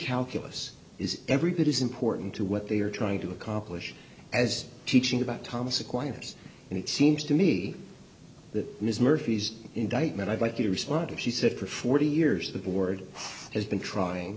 calculus is every bit as important to what they are trying to accomplish as teaching about thomas aquinas and it seems to me that ms murphy's indictment of likely responder she said for forty years the board has been trying